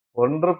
1